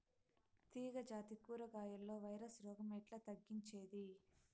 తీగ జాతి కూరగాయల్లో వైరస్ రోగం ఎట్లా తగ్గించేది?